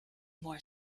more